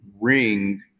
ring